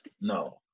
No